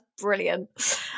brilliant